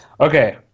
Okay